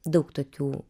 daug tokių